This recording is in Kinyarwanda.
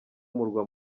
murwa